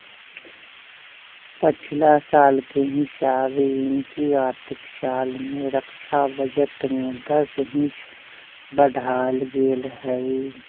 पछिला साल के हिसाबे एमकि आर्थिक साल में रक्षा बजट में दस हिस बढ़ायल गेल हइ